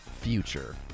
future